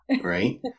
Right